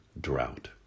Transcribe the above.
drought